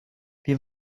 wir